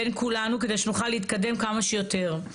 בין כולנו, כדי שנוכל להתקדם כמה שיותר.